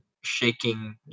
shaking